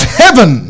heaven